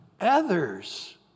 others